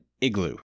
Igloo